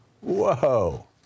Whoa